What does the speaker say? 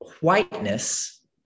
whiteness